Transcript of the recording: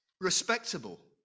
respectable